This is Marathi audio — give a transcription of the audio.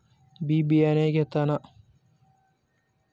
बी बियाणे घेताना कोणाचा सल्ला घ्यावा?